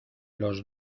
los